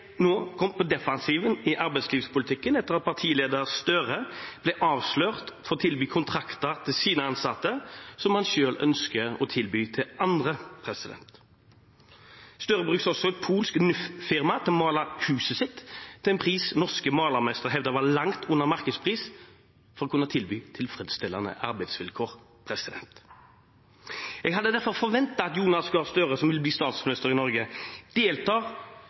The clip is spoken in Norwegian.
nå kommet på defensiven i arbeidslivspolitikken etter at partileder Gahr Støre ble avslørt for å tilby kontrakter til sine ansatte som han selv ønsker å forby til andre. Gahr Støre brukte også et polsk NUF-firma til å male huset sitt, til en pris norske malermestere hevdet var langt under markedspris for å kunne tilby tilfredsstillende arbeidsvilkår. Jeg hadde derfor forventet at Jonas Gahr Støre, som vil bli statsminister i Norge,